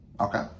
Okay